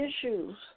issues